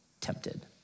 tempted